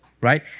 right